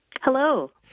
Hello